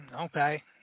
Okay